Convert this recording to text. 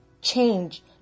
change